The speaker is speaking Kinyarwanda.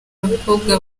abakobwa